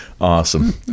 awesome